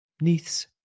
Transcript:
Neath's